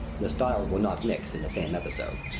the styles will not mix in the same episode.